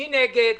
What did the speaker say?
מי נגד?